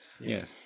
Yes